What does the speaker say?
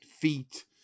feet